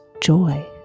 joy